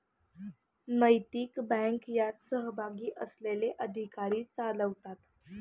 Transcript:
नैतिक बँक यात सहभागी असलेले अधिकारी चालवतात